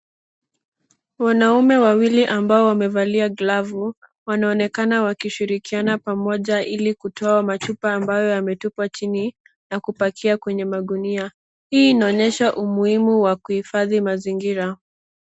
Wanaume wawili ambao wamevalia glavu, wanaonekana wakishirikiana pamoja ili kutoa machupa ambayo yametupwa chini na kupakia kwenye magunia. Hii inaonyesha umuhimu wa kuhifadhi mazingira.